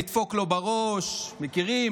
נדפוק לו בראש" מכירים?